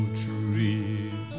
tree